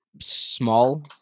small